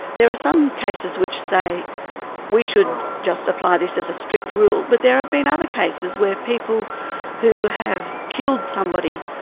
there are some cases which say we should just apply this as a strict rule, but there have been other cases where people who have killed somebody,